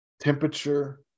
temperature